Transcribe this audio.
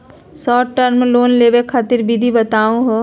Short term loan लेवे खातीर विधि बताहु हो?